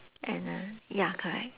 and uh ya correct